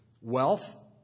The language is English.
Wealth